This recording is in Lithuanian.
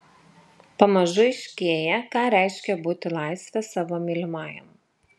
pamažu aiškėja ką reiškia būti laisve savo mylimajam